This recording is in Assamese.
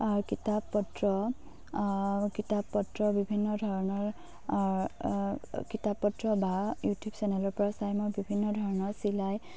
কিতাপ পত্ৰ কিতাপ পত্ৰ বিভিন্ন ধৰণৰ কিতাপ পত্ৰ বা ইউটিউব চেনেলৰ পৰা চাই মই বিভিন্ন ধৰণৰ চিলাই